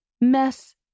mess